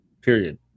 Period